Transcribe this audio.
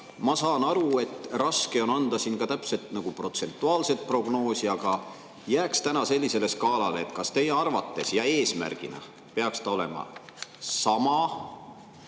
Ma saan aru, et raske on anda siin täpset protsentuaalselt prognoosi, aga jääks täna sellisele skaalale, et kas teie arvates ja eesmärgina peaks ta olema sama,